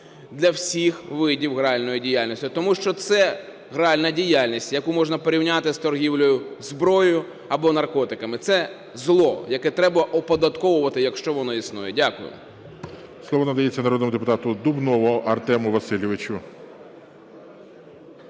для всіх видів гральної діяльності. Тому що це гральна діяльність, яку можна порівняти з торгівлею зброєю або наркотиками. Це зло, яке треба оподатковувати, якщо воно існує. Дякую.